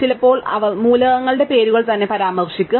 ചിലപ്പോൾ അവർ മൂലകങ്ങളുടെ പേരുകൾ തന്നെ പരാമർശിക്കും